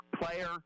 player